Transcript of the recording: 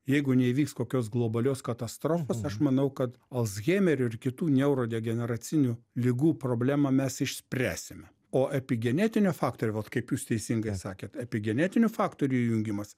jeigu neįvyks kokios globalios katastrofos aš manau kad alzheimerio ir kitų neurodegeneracinių ligų problemą mes išspręsime o epigenetinių faktorių vat kaip jūs teisingai sakėt epigenetinių faktorių įjungimas